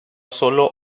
solo